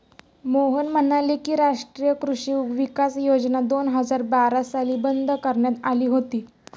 मोहन म्हणाले की, राष्ट्रीय कृषी विकास योजना दोन हजार बारा साली बंद करण्यात आली होती